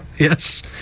Yes